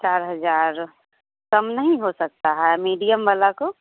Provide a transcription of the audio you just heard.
चार हज़ार कम नहीं हो सकता है मीडियम वाला को